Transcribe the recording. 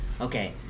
okay